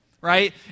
right